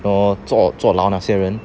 做坐牢那些人